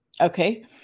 Okay